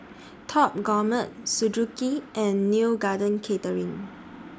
Top Gourmet Suzuki and Neo Garden Catering